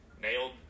Nailed